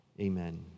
amen